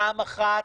פעם אחת,